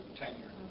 tenure